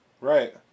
Right